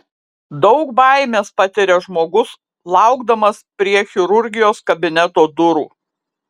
daug baimės patiria žmogus laukdamas prie chirurgijos kabineto durų